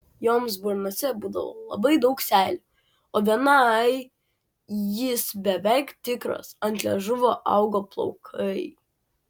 joms burnose būdavo labai daug seilių o vienai jis beveik tikras ant liežuvio augo plaukai